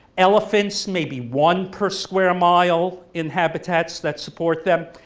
elephants may be one per square mile in habitats that support them,